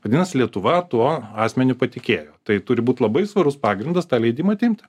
vadinasi lietuva tuo asmeniu patikėjo tai turi būti labai svarus pagrindas tą leidimą atimt